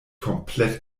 komplett